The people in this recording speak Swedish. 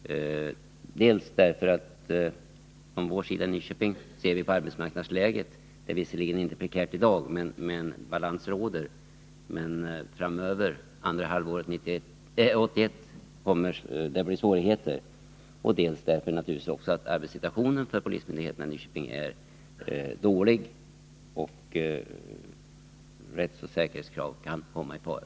Dels ser vi i Nyköping till läget på byggarbetsmarknaden — det är visserligen inte prekärt i dag utan balans råder, men under andra halvåret 1981 kommer det att uppstå svårigheter —, dels är arbetssituationen för polisen i Nyköping dålig och rättssäkerheten kan komma i fara.